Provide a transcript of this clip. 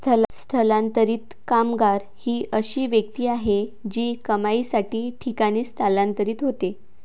स्थलांतरित कामगार ही अशी व्यक्ती आहे जी कमाईसाठी ठिकाणी स्थलांतरित होते